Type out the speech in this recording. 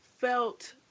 felt